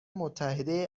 متحده